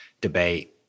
debate